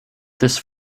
this